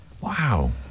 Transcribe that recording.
Wow